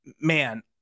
man